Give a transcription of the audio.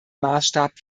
maßstab